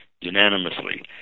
unanimously